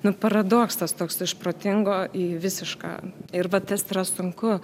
nu paradoksas toks iš protingo į visišką ir va tas yra sunku